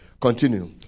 Continue